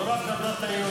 הוא רק הדת היהודית.